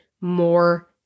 more